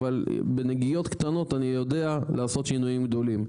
אבל בנגיעות קטנות אני יודע לעשות שינויים גדולים.